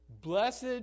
Blessed